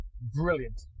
Brilliant